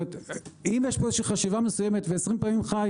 אם יש פה חשיבה מסוימת ו20- פעמים ח"י